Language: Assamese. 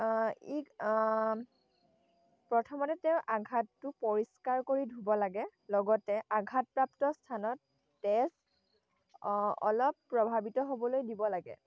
ই প্ৰথমতে তেওঁ আঘাতটো পৰিষ্কাৰ কৰি ধুব লাগে লগতে আঘাতপ্ৰাপ্ত স্থানত তেজ অলপ প্ৰভাৱিত হ'বলৈ দিব লাগে